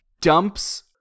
dumps